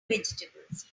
vegetables